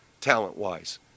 talent-wise